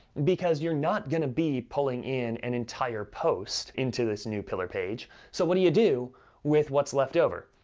because you're not gonna be pulling in an entire post into this new pillar page, so what do you do with what's leftover?